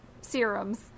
serums